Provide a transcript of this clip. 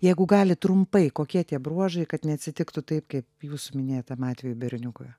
jeigu galit trumpai kokie tie bruožai kad neatsitiktų taip kaip jūsų minėtam atvejui berniukui